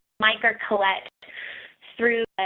micra collette through,